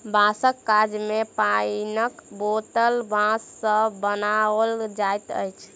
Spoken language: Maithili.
बाँसक काज मे पाइनक बोतल बाँस सॅ बनाओल जाइत अछि